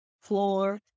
floor